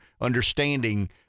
understanding